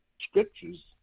scriptures